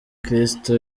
kristo